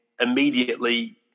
immediately